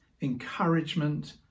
encouragement